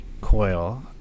coil